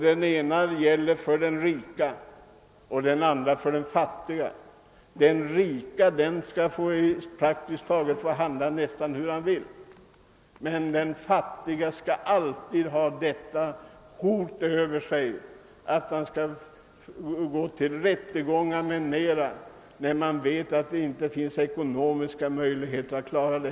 Den ena gäller den rike, den andra den fattige. Den rike kan praktiskt taget få handla nästan hur han vill, medan den fattige alltid skall ha hotet över sig, alltid behöva gå till rättegångar utan möjlighet att ekonomiskt klara dessa.